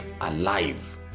alive